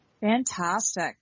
Fantastic